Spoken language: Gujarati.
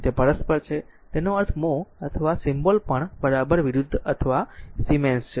તેથી તે પરસ્પર છે તેથી જ તેનો અર્થ mho અથવા સિમ્બોલ પણ બરાબર વિરુદ્ધ અથવા સિમેન્સ છે